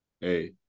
Hey